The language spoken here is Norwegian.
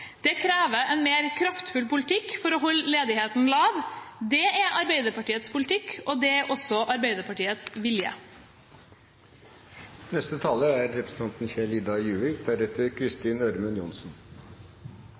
Det kreves en mer kraftfull politikk for å holde ledigheten lav. Det er Arbeiderpartiets politikk, og det er også Arbeiderpartiets vilje. Arbeidsledigheten i Norge er